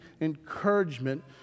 encouragement